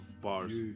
bars